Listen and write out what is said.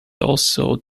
also